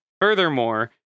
Furthermore